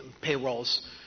payrolls